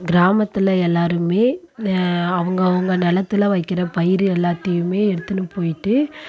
கிராமத்தில் எல்லோருமே அவங்க அவங்க நிலத்துல வைக்கிற பயிர் எல்லாத்தையுமே எடுத்துகினு போய்ட்டு